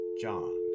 John